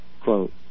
quote